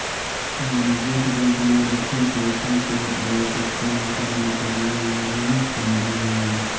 वाणिज्यिक बैंक में रखल पइसा के आवश्यकता अनुसार निकाले ला भी संभव हइ